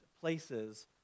places